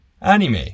anime